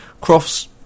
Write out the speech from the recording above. Crofts